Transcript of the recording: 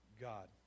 God